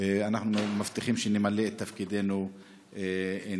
אנחנו מבטיחים שנמלא את תפקידנו נאמנה.